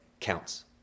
counts